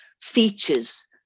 features